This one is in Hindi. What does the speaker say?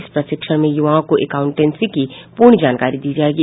इस प्रशिक्षण में युवाओं को एकाउंटेंसी की पूर्ण जानकारी दी जायेगी